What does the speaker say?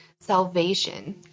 salvation